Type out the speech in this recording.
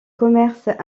commerce